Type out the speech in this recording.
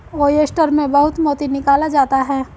oyster से बहुत मोती निकाला जाता है